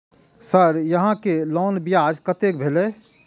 Sir यहां के loan ब्याज कतेक भेलेय?